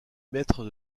mètres